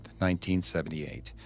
1978